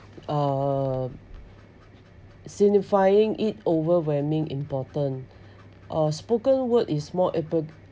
uh signifying it overwhelming important a spoken word is more